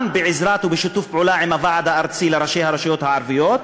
גם בעזרה ובשיתוף פעולה של הוועד הארצי של ראשי הרשויות הערביות.